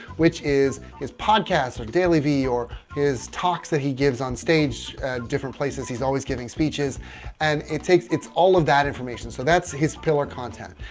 which is his podcast or dailyvee or his talks that he gives on stage at different places. he's always giving speeches and it takes its all of that information. so that's his pillar content.